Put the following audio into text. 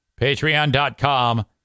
Patreon.com